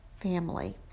family